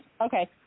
Okay